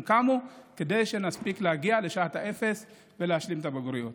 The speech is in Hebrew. קמו כדי שנספיק להגיע לשעת האפס ולהשלים את הבגרויות.